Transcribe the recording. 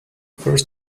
first